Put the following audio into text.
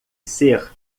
ser